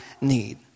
need